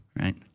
Right